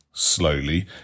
slowly